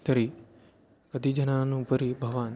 तर्हि कति जनानाम् उपरि भवान्